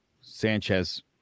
Sanchez